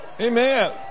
Amen